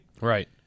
Right